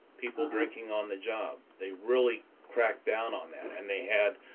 people drinking on the job. they really cracked down on that and they had,